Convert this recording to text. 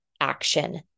action